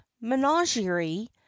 menagerie